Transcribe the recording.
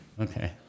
Okay